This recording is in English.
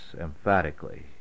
emphatically